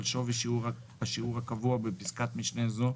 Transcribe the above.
על שווי השיעור הקבוע בפסקת משנה זו,